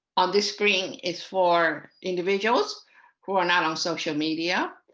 on this screen is for individuals who are not on social media.